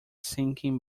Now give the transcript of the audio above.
sinking